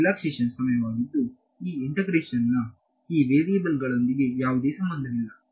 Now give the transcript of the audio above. relaxation ಸಮಯವಾಗಿದ್ದು ಈ integration ನ ಈ ವೇರಿಯೇಬಲ್ನೊಂದಿಗೆ ಯಾವುದೇ ಸಂಬಂಧವಿಲ್ಲ